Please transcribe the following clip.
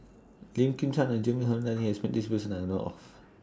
Lim Kim San and Hilmi Johandi has Met This Person that I know of